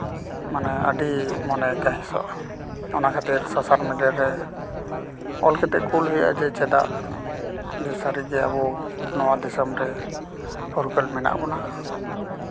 ᱢᱟᱱᱮ ᱟᱹᱰᱤ ᱢᱚᱱᱮ ᱠᱟᱹᱦᱤᱥᱚᱜᱼᱟ ᱚᱱᱟ ᱠᱷᱟᱹᱛᱤᱨ ᱥᱳᱥᱟᱞ ᱢᱤᱰᱤᱭᱟᱨᱮ ᱚᱞ ᱠᱟᱛᱮ ᱠᱩᱞ ᱦᱩᱭᱩᱜᱼᱟ ᱡᱮ ᱪᱮᱫᱟᱜ ᱡᱮ ᱥᱟᱹᱨᱤᱜᱮ ᱟᱵᱚ ᱱᱚᱣᱟ ᱫᱤᱥᱚᱢ ᱨᱮ ᱯᱷᱩᱨᱜᱟᱹᱞ ᱢᱮᱱᱟᱜ ᱵᱚᱱᱟ